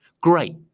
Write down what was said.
Great